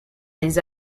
les